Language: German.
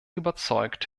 überzeugt